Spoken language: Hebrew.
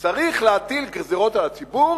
צריך להטיל גזירות על הציבור,